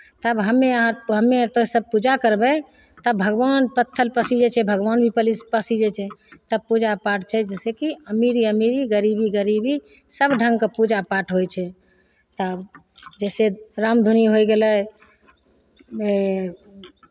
तब हम्मे अहाँ हम्मे आर तऽ सभ पूजा करबै तब भगवान पत्थर पसीजै छै भगवान भी पलिस पसीजै छै तब पूजा पाठ छै जैसेकि अमीरी अमीरी गरीबी गरीबी सभ ढङ्गके पूजा पाठ होइ छै तऽ जैसे रामधुनी होय गेलै